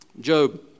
Job